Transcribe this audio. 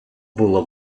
було